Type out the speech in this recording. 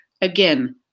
again